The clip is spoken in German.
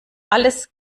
alles